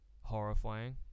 horrifying